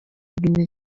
guinea